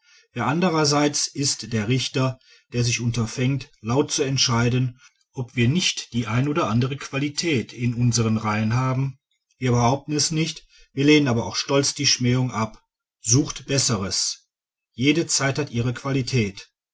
wer andrerseits ist der richter der sich unterfängt laut zu entscheiden ob wir nicht die eine oder andere qualität in unsern reihen haben wir behaupten es nicht wir lehnen aber auch stolz die schmähungen ab sucht besseres jede zeit hat ihre qualität